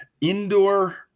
indoor